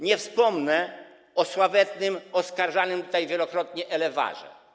Nie wspomnę o sławetnym oskarżanym tutaj wielokrotnie Elewarrze.